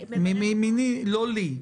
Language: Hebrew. מימיני, לא לי.